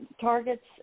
targets